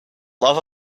love